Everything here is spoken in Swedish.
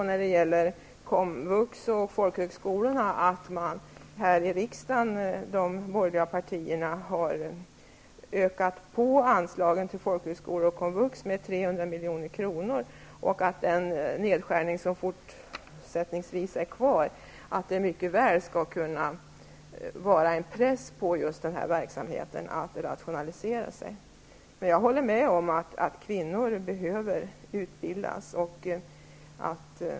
När det gäller komvux och folkhögskolorna måste man ha i minnet att de borgerliga partierna här i riksdagen har utökat anslagen med 300 milj.kr. Den nedskärning som kvarstår skall mycket väl kunna utgöra en press för att verksamheten skall rationaliseras. Jag håller med om att kvinnor behöver utbildning.